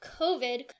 COVID